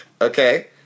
Okay